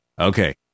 Okay